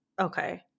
Okay